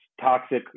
toxic